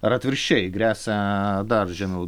ar atvirkščiai gresia dar žemiau